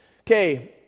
Okay